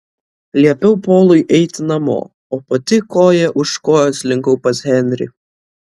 liepiau polui eiti namo o pati koja už kojos slinkau pas henrį